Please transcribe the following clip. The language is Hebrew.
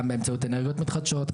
גם באמצעות אנרגיות מתחדשות,